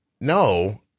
no